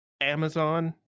Amazon